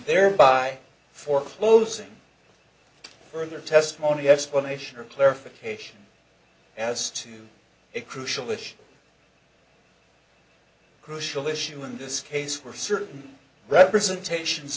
thereby for closing further testimony explanation or clarification as to a crucial issue crucial issue in this case were certain representations